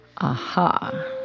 Aha